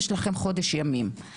יש לכם חודש ימים.